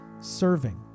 serving